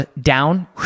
down